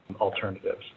alternatives